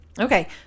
okay